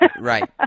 Right